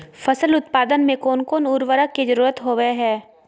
फसल उत्पादन में कोन कोन उर्वरक के जरुरत होवय हैय?